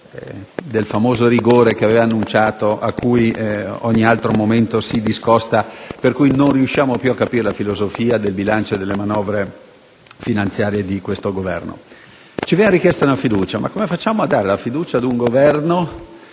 del famoso rigore che aveva annunciato e da cui in ogni momento si discosta, per cui non riusciamo più a capire la filosofia del bilancio e della manovra finanziaria di questo Governo. Ci viene chiesta la fiducia: ma come facciamo a dare la fiducia ad un Governo